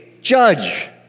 judge